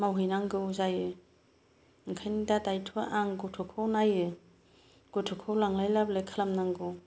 मावहैनांगौ जायो ओंखायनो दा दाय्त'आ आं गथ'खौ नायो गथ'खौ लांलाय लाबोलाय खालाम नांगौ